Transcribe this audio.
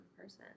person